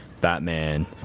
Batman